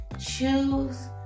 choose